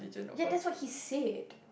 ya that's what he said